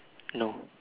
no